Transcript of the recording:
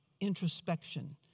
introspection